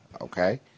okay